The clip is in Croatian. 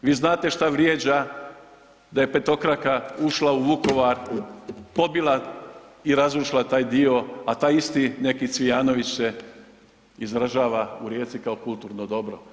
Vi znate šta vrijeđa da je petokraka ušla u Vukovar, pobila i razrušila taj dio, a taj isti neki Cvijanović se izražava u Rijeci kao kulturno dobro.